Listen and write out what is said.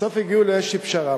בסוף הגיעו לאיזו פשרה.